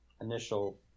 initial